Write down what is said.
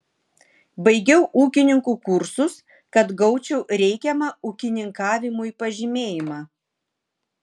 baigiau ūkininkų kursus kad gaučiau reikiamą ūkininkavimui pažymėjimą